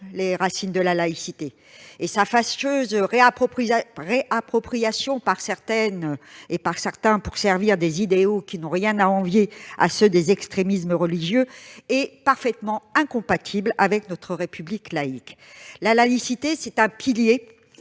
les racines de la laïcité. Sa fâcheuse réappropriation par certaines et certains pour servir des idéaux qui n'ont rien à envier à ceux des extrémistes religieux est parfaitement incompatible avec notre République laïque. La laïcité est un pilier